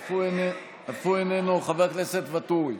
אף הוא איננו, חבר הכנסת ואטורי,